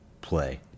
play